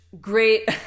great